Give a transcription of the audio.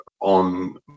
on